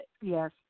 Yes